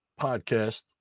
podcast